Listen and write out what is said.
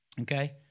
okay